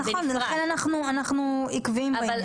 אנחנו עקביים בעניין הזה.